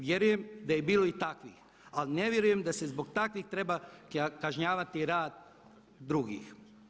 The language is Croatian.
Vjerujem da je bilo i takvih, ali ne vjerujem da se zbog takvih treba kažnjavati rad drugih.